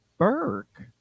Burke